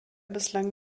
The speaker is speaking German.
bislang